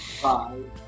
Five